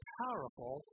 powerful